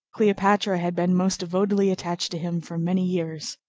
cleopatra had been most devotedly attached to him for many years.